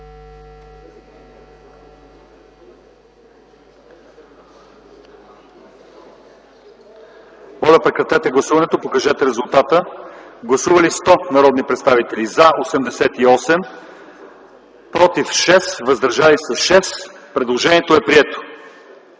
Предложението е прието.